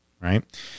right